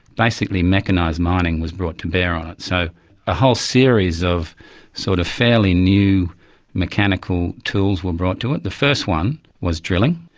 basically mechanised mining, was brought to bear on it. so a whole series of sort of fairly new mechanical tools were brought to it. the first one was drilling.